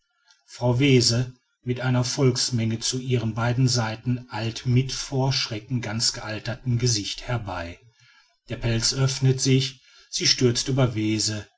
frau wese mit einer volksmenge zu ihren beiden seiten eilt mit vor schrecken ganz gealtertem gesicht herbei der pelz öffnet sich sie stürzt über